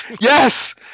Yes